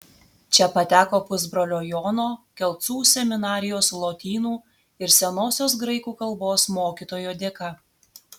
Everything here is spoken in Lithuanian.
čia pateko pusbrolio jono kelcų seminarijos lotynų ir senosios graikų kalbos mokytojo dėka